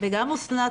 וגם אסנת,